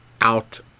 out